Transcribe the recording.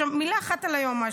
עכשיו מילה אחת על היועמ"שית.